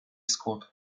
scored